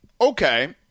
Okay